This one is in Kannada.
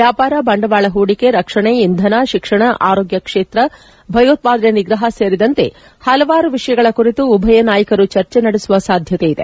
ವ್ಯಾಪಾರ ಬಂಡವಾಳ ಪೂಡಿಕೆ ರಕ್ಷಣೆ ಇಂಧನ ಶಿಕ್ಷಣ ಆರೋಗ್ಯ ಕ್ಷೇತ್ರ ಭಯೋತ್ಪಾದನೆ ನಿಗ್ರಹ ಸೇರಿದಂತೆ ಪಲವಾರು ವಿಷಯಗಳ ಕುರಿತು ಉಭಯ ನಾಯಕರು ಚರ್ಚೆ ನಡೆಸುವ ಸಾಧ್ಯತೆ ಇದೆ